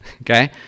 Okay